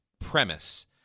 premise